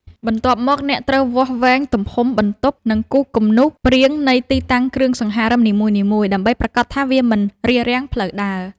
បន្ទាប់មក អ្នកត្រូវវាស់វែងទំហំបន្ទប់ និងគូរគំនូសព្រាងនៃទីតាំងគ្រឿងសង្ហារឹមនីមួយៗ ដើម្បីប្រាកដថាវាមិនរារាំងផ្លូវដើរ។